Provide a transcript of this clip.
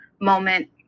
moment